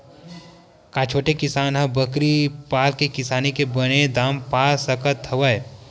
का छोटे किसान ह बकरी पाल के किसानी के बने दाम पा सकत हवय?